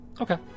Okay